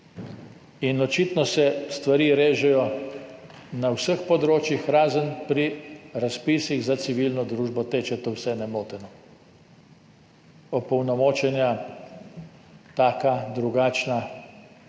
In očitno se stvari režejo na vseh področjih, razen pri razpisih za civilno družbo teče to vse nemoteno. Opolnomočenja taka, drugačna,